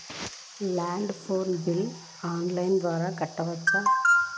Land phone bill online ద్వారా కట్టుకోవచ్చు?